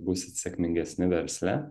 busit sėkmingesni versle